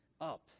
up